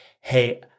hey